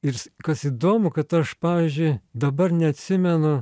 ir kas įdomu kad aš pavyzdžiui dabar neatsimenu